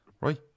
Right